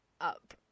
up